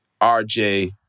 RJ